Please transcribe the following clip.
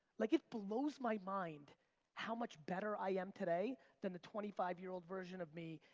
like it blows my mind how much better i am today than the twenty five year old version of me,